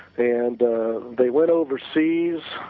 and they went overseas,